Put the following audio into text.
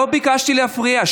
לא ביקשתי להפריע.